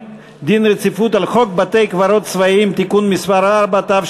דין רציפות על הצעת חוק בתי-קברות צבאיים (תיקון מס' 4),